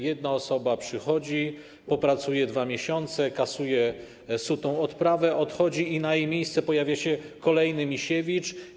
Jedna osoba przychodzi, popracuje 2 miesiące, kasuje sutą odprawę, odchodzi i na jej miejsce pojawia się kolejny Misiewicz.